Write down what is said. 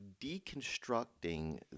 deconstructing